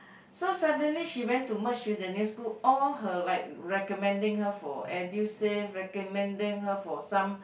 so suddenly she went to merge with the new school all her like recommending her for Edusave recommending her for some